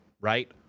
right